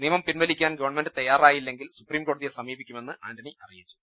നിയമം പിൻവലിക്കാൻ ഗവൺമെന്റ് തയ്യാറായില്ലെങ്കിൽ സുപ്രീംകോട തിയെ സമീപിക്കുമെന്ന് ആന്റണി അറിയിച്ചു